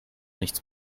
nichts